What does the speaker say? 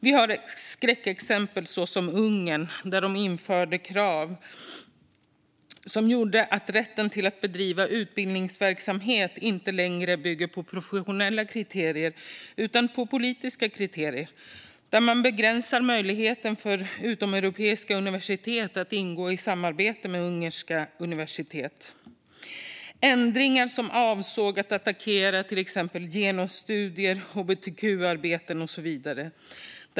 Vi har skräckexempel såsom Ungern där det har införts krav som gjort att rätten att bedriva utbildningsverksamhet inte längre bygger på professionella kriterier utan på politiska kriterier och där man har begränsat möjligheten för utomeuropeiska universitet att ingå samarbete med ungerska universitet. Ändringarna avsåg att attackera genusstudier, hbtq-arbeten och så vidare.